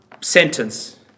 sentence